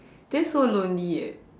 that's so lonely eh